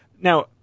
now